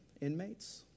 inmates